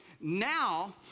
Now